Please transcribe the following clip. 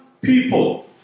people